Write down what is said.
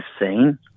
seen